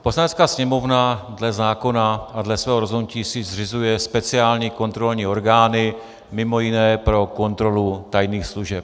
Poslanecká sněmovna dle zákona a dle svého rozhodnutí si zřizuje speciální kontrolní orgány, mimo jiné pro kontrolu tajných služeb.